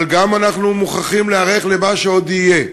אבל אנחנו מוכרחים להיערך גם למה שעוד יהיה,